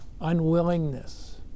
Unwillingness